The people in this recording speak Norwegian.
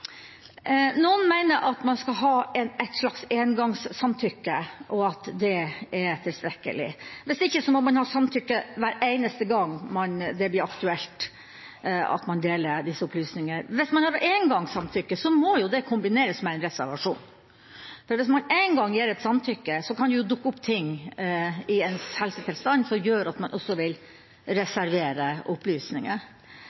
Noen mener man skal ha et slags engangssamtykke, og at det er tilstrekkelig. Hvis ikke må man ha samtykke hver eneste gang det blir aktuelt å dele disse opplysningene. Hvis man har engangssamtykke, må det kombineres med en reservasjon, for hvis man én gang gir et samtykke, kan det dukke opp ting i helsetilstanden som gjør at man vil